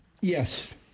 Yes